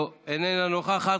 לא, איננה נוכחת.